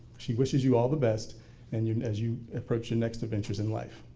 she wishes you all the best and even as you approach your next adventures in life.